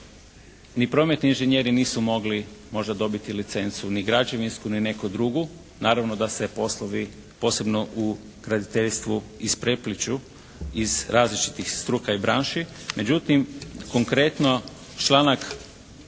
ni prometni inženjeri nisu mogli možda dobiti licencu ni građevinsku ni neku drugu. Naravno da se poslovi posebno u graditeljstvu isprepliću iz različitih struka i branši. Međutim konkretno, članak,